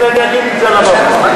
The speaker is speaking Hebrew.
אני אדאג שלעקרות הבית, פטור מלא.